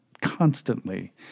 constantly